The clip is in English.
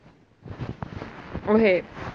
okay